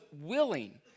willing